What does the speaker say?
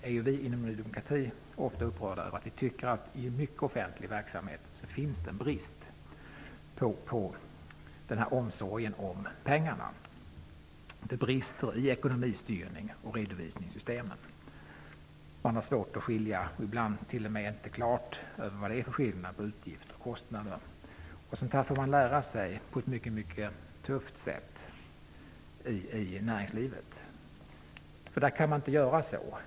Vi i Ny demokrati är ofta upprörda över att det finns brist på omsorgen om pengarna i mycken offentlig verksamhet. Det brister i ekonomistyrning och i redovisningssystemen. Man har svårt att skilja mellan utgifter och kostnader. Sådant får man lära sig på ett tufft sätt i näringslivet.